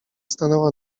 stanęła